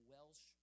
Welsh